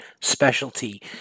specialty